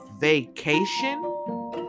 vacation